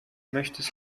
möchtest